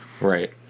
Right